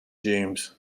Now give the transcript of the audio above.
james